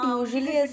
usually